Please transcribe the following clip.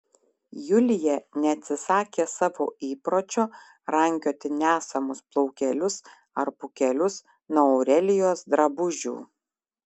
julija neatsisakė savo įpročio rankioti nesamus plaukelius ar pūkelius nuo aurelijos drabužių